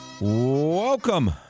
Welcome